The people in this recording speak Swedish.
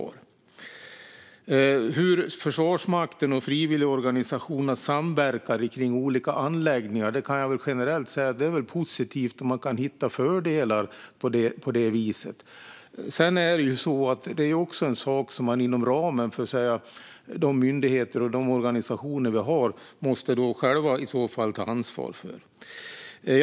När det gäller Försvarsmaktens och frivilligorganisationernas samverkan kring olika anläggningar kan jag generellt säga att det väl är positivt om man kan hitta fördelar på det viset. De myndigheter och organisationer som vi har måste själva ta ansvar för detta.